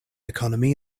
economy